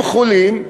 הם חולים,